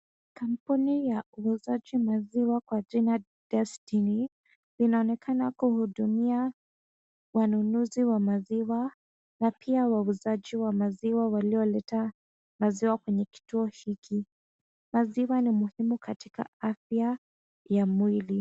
Kampuni ya uuzaji wa maziwa kwa jina Destiny linaonekana kuhudumia wanunuzi wa maziwa na pia wauzaji wa maziwa walioleta maziwa kwenye kituo hiki. Maziwa ni muhimu katika afya ya mwili.